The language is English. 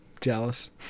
Jealous